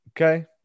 okay